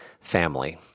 family